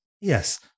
Yes